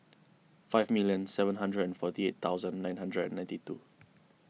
five million seven hundred and forty eight thousand nine hundred and ninety two